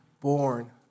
born